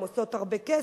הן עושות הרבה כסף".